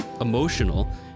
emotional